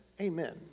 amen